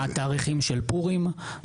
התאריכים של פורים,